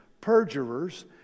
perjurers